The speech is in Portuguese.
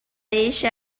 este